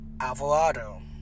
Alvarado